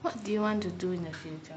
what do you want to do in the future